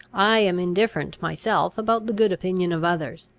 i am indifferent myself about the good opinion of others.